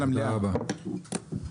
הישיבה ננעלה בשעה 18:02.